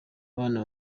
abana